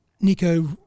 Nico